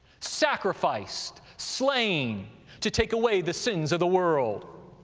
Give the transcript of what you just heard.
sacrificed, slain to take away the sins of the world.